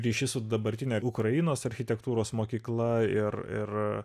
ryšys su dabartine ukrainos architektūros mokykla ir ir